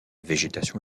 végétation